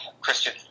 Christian